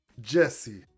Jesse